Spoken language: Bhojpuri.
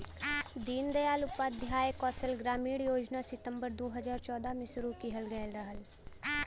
दीन दयाल उपाध्याय कौशल ग्रामीण योजना सितम्बर दू हजार चौदह में शुरू किहल गयल रहल